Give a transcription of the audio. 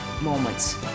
moments